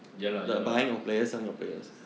ya lah ya lah